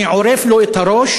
אני עורף לו את הראש,